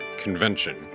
Convention